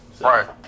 Right